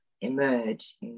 emerge